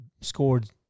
scored